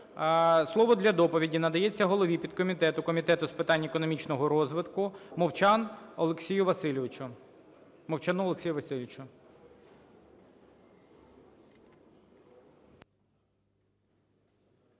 Слово для доповіді надається голові підкомітету Комітету з питань економічного розвитку Мовчану Олексію Васильовичу.